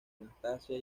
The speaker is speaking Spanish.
anastasia